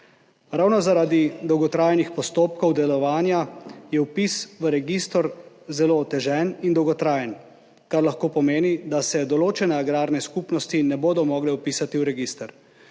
Ravno zaradi dolgotrajnih postopkov delovanja je vpis v register zelo otežen in dolgotrajen, kar lahko pomeni, da se določene agrarne skupnosti ne bodo mogle vpisati v register.